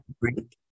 break